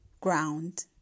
ground